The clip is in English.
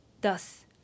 Thus